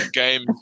game